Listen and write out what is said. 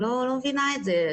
אני לא מבינה את זה.